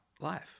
life